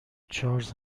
چارلز